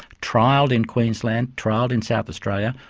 trialled in queensland, trialled in south australia,